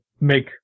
make